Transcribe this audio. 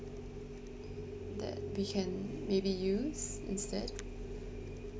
that we can maybe use instead